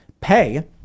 pay